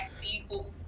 people